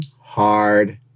hard